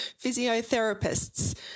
physiotherapists